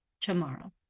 tomorrow